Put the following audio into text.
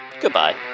Goodbye